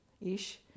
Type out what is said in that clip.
ish